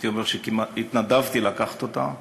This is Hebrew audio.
הייתי אומר שהתנדבתי לקחת אותה,